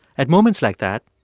at moments like that,